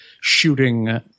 shooting